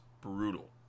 brutal